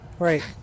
Right